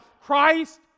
Christ